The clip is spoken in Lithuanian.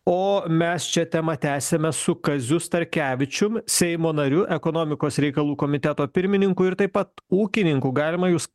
o mes čia temą tęsiame su kaziu starkevičium seimo nariu ekonomikos reikalų komiteto pirmininku ir taip pat ūkininku galima jus